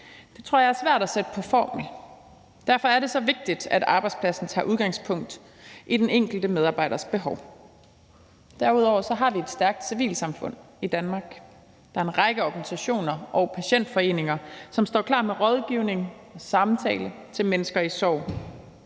Det tror jeg er svært at sætte på formel. Derfor er det så vigtigt, at arbejdspladsen tager udgangspunkt i den enkelte medarbejders behov. Derudover har vi et stærkt civilsamfund i Danmark. Der er en række organisationer og patientforeninger, som står klar med rådgivning og samtale til mennesker i sorg.